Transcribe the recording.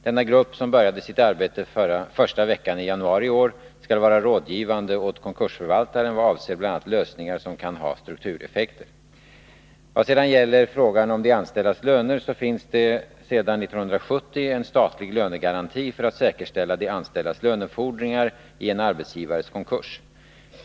Denna grupp, som började sitt arbete första veckan i januari i år, skall vara rådgivande åt konkursförvaltaren vad avser bl.a. lösningar som kan ha struktureffekter. Vad sedan gäller frågan om de anställdas löner så finns det sedan år 1970 en statlig lönegaranti för att säkerställa de anställdas lönefordringar i en arbetsgivares konkurs.